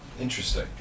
Interesting